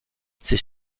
ses